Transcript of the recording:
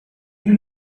you